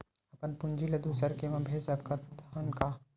अपन पूंजी ला दुसर के मा भेज सकत हन का?